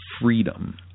freedom